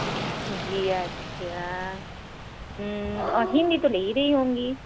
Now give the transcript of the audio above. जी अच्छा और हिन्दी तो ले ही रही होंगी